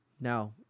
Now